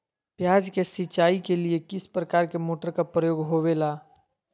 प्याज के सिंचाई के लिए किस प्रकार के मोटर का प्रयोग होवेला?